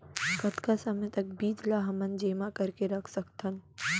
कतका समय तक बीज ला हमन जेमा करके रख सकथन?